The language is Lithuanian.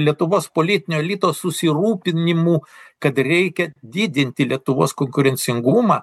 lietuvos politinio elito susirūpinimų kad reikia didinti lietuvos konkurencingumą